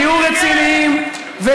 תהיו רציניים, חברים.